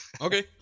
Okay